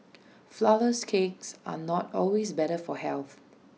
Flourless Cakes are not always better for health